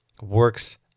works